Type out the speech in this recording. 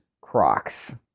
crocs